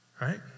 Right